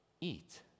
eat